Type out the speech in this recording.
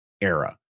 era